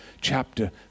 chapter